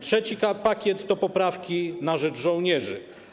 Trzeci pakiet to poprawki na rzecz żołnierzy.